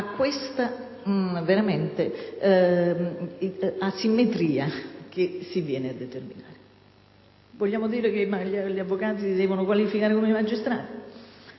a questa asimmetria che si viene a determinare. Vogliamo dire che gli avvocati si devono qualificare come i magistrati?